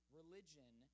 religion